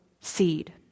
Seed